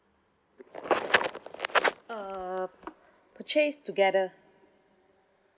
uh purchase together